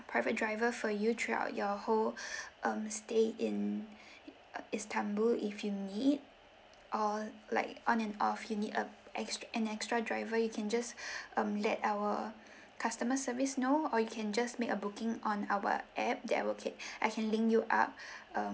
private driver for you throughout your whole um stay in uh istanbul if you need or like on and off you need a ex~ an extra driver you can just um let our customer service know or you can just make a booking on our app that will okay I can link you up